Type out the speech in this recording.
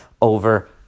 over